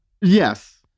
Yes